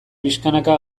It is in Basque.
pixkanaka